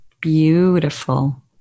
Beautiful